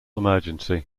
emergency